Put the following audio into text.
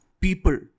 people